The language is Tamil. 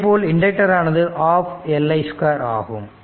இதேபோல் இண்டக்டர் ஆனது ½ L i 2 ஆகும்